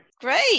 Great